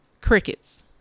Crickets